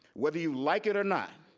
whether you like it or not,